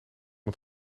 het